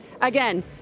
Again